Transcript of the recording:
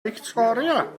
fictoria